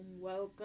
welcome